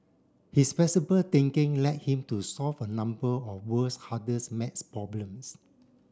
his flexible thinking led him to solve a number of world's hardest maths problems